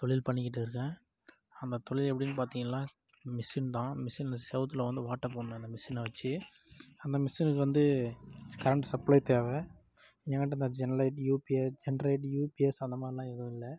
தொழில் பண்ணிக்கிட்டு இருக்கேன் அந்த தொழில் எப்படினு பார்த்திங்கள்னா மிஷின்ந்தான் மிஷினில் செவத்துல வந்து ஓட்டை போடணும் அந்த மிஷினை வச்சு அந்த மிஷினுக்கு வந்து கரண்ட் சப்ளை தேவை எங்ககிட்ட அந்த ஜென்லெட் யூபிஎ ஜெண்ட்ரேட் யூபிஎஸ் அந்த மாதிரிலாம் எதுவும் இல்லை